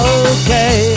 okay